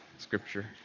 scripture